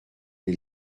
les